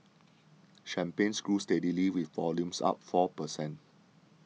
champagnes grew steadily with volumes up four per cent